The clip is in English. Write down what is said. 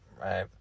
right